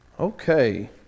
Okay